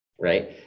Right